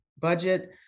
budget